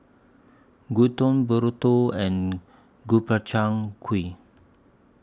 Gyudon Burrito and Gobchang Gui